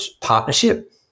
partnership